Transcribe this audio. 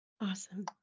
Awesome